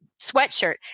sweatshirt